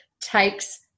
takes